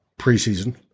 preseason